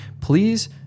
please